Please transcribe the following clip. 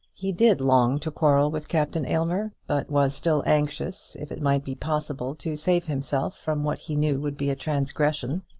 he did long to quarrel with captain aylmer but was still anxious, if it might be possible, to save himself from what he knew would be a transgression.